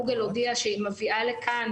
גוגל הודיעה שהיא מביאה לכאן,